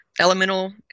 elemental